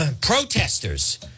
protesters